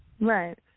Right